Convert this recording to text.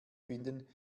finden